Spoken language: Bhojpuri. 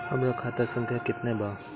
हमरा खाता संख्या केतना बा?